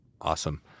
Awesome